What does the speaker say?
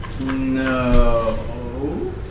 No